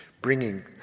bringing